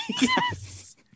Yes